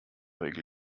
regel